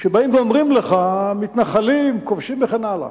כשבאים ואומרים לך "מתנחלים", "כובשים", וכן הלאה,